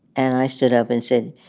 and i stood up and said,